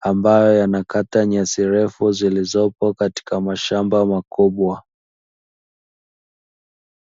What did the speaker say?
ambayo yanakata nyasi ndefu zilizopo katika mashamba makubwa.